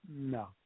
No